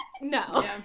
no